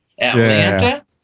Atlanta